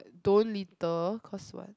don't litter cause what